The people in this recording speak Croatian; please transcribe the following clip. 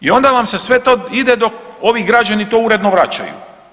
I onda vam se sve to ide dok ovi građani to uredno vraćaju.